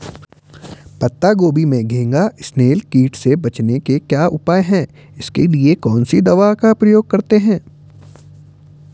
पत्ता गोभी में घैंघा इसनैल कीट से बचने के क्या उपाय हैं इसके लिए कौन सी दवा का प्रयोग करते हैं?